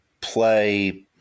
play